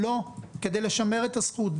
לא, כדי לשמר את הזכות.